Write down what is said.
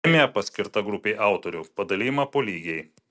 premija paskirta grupei autorių padalijama po lygiai